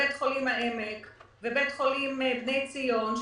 בית חולים העמק ובית חולים בני ציון,